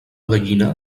gallina